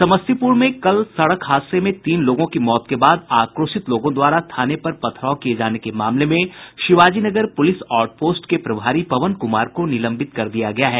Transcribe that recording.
समस्तीपूर में कल सड़क हादसे में तीन लोगों की मौत के बाद आक्रोशित लोगों द्वारा थाने पर पथराव किये जाने के मामले में शिवाजी नगर पूलिस आउटपोस्ट के प्रभारी पवन कुमार को निलंबित कर दिया गया है